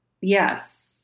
yes